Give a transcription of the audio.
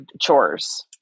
chores